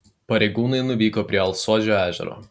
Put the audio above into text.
pareigūnai nuvyko prie alsuodžio ežero